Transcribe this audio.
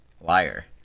Liar